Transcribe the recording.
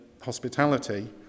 hospitality